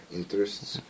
interests